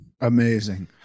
Amazing